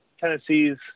Tennessee's